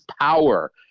power